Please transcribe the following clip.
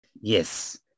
Yes